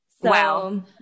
Wow